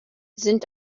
sind